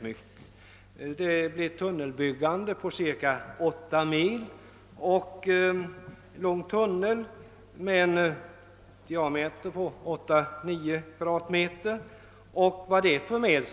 Det blir fråga om ett bygge av en cirka 8 mil lång tunnel med en tvärsnittsyta på 8—9 m?.